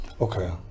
Okay